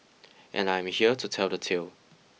and I am here to tell the tale